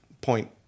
point